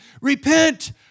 Repent